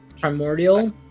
Primordial